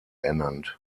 ernannt